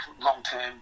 long-term